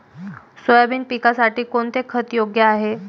Soybean पिकासाठी कोणते खत योग्य आहे?